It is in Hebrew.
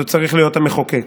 זה צריך להיות המחוקק.